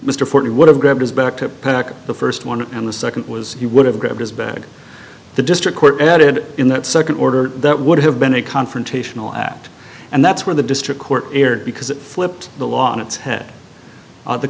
mr ford would have grabbed his back to the first one and the second was he would have grabbed his bag the district court added in that second order that would have been a confrontational act and that's where the district court erred because it flipped the law on its head